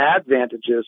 advantages